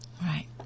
Right